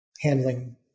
handling